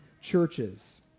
churches